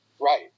Right